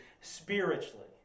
spiritually